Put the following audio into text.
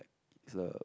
it's a